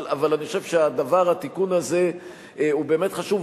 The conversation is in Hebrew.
אבל אני חושב שהתיקון הזה הוא באמת חשוב.